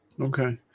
Okay